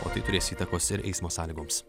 o tai turės įtakos ir eismo sąlygoms